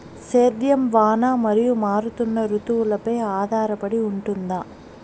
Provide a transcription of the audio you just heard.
సేద్యం వాన మరియు మారుతున్న రుతువులపై ఆధారపడి ఉంటుంది